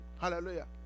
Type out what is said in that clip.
Hallelujah